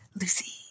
Lucy